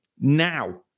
now